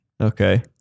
Okay